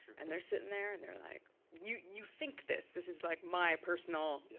and they're sitting there. and they're like you you think this. this is like my personal yeah